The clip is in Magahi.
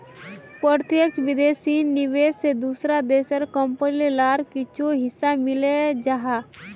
प्रत्यक्ष विदेशी निवेश से दूसरा देशेर कंपनी लार कुछु हिस्सा मिले जाहा